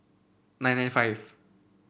nine nine five